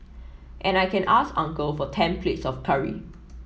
and I can ask uncle for ten plates of curry